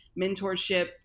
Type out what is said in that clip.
mentorship